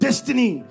Destiny